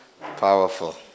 Powerful